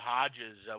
Hodges